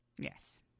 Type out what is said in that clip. Yes